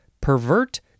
pervert